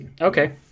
Okay